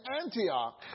Antioch